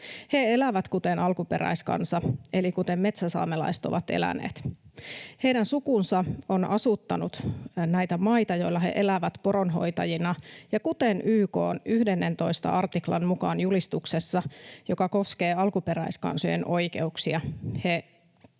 He elävät kuten alkuperäiskansa eli kuten metsäsaamelaiset ovat eläneet. Heidän sukunsa on asuttanut näitä maita, joilla he elävät poronhoitajina. YK:n julistuksen 11 artikla koskee alkuperäiskansojen oikeuksia,